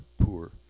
poor